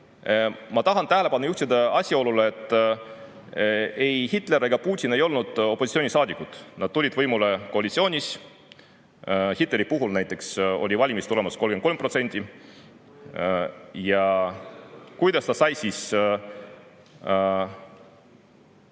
Ma tahan tähelepanu juhtida asjaolule, et ei Hitler ega Putin ei olnud opositsioonisaadikud, nad tulid võimule koalitsioonis. Hitleri puhul näiteks oli valimistulemus 33%. Kuidas ta sai Saksamaa